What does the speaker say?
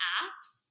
apps